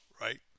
right